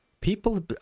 People